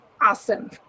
Awesome